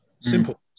Simple